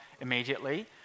immediately